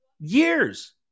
Years